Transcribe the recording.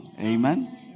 Amen